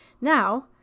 Now